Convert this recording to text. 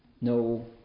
No